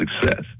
success